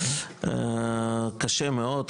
קשה מאוד,